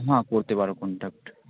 হাঁ করতে পারো কনটাক্ট